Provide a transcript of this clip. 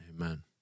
Amen